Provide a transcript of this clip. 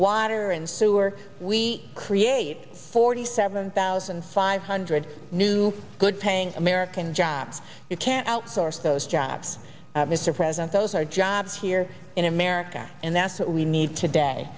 water and sewer we create forty seven thousand five hundred new good paying american jobs you can't outsource those jobs mr president those are jobs here in america and that's what we need today